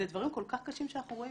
זה דברים כל כך קשים שאנחנו רואים,